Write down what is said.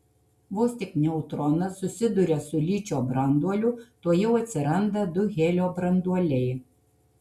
vos tik neutronas susiduria su ličio branduoliu tuojau atsiranda du helio branduoliai